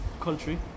country